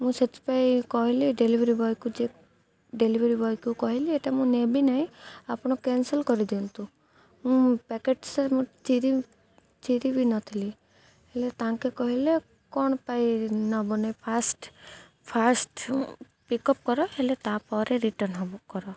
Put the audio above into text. ମୁଁ ସେଥିପାଇଁ କହିଲି ଡେଲିଭରି ବୟକୁ ଯେ ଡେଲିଭରି ବୟକୁ କହିଲି ଏଇଟା ମୁଁ ନେବି ନାହିଁ ଆପଣ କ୍ୟାନସଲ କରିଦିଅନ୍ତୁ ମୁଁ ପ୍ୟାକେଟ ସେ ମୁଁ ଚିରି ଚିରି ବି ନ ଥିଲି ହେଲେ ତାଙ୍କେ କହିଲେ କ'ଣ ପାଇଁ ନେବନି ଫାଷ୍ଟ ଫାଷ୍ଟ ପିକଅପ୍ କର ହେଲେ ତାପରେ ରିଟର୍ଣ୍ଣ୍ ହେବ କର